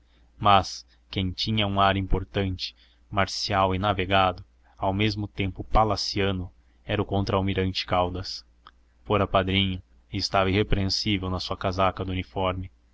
mas quem tinha um ar importante marcial e navegado ao mesmo tempo palaciano era o contra almirante caldas fora padrinho e estava irrepreensível na sua casaca do uniforme